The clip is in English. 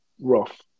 rough